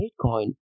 Bitcoin